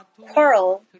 quarrel